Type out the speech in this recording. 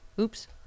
Oops